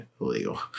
illegal